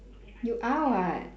you are [what]